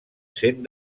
sent